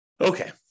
Okay